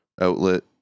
outlet